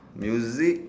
music